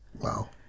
Wow